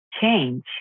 change